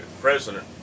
president